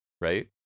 right